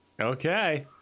Okay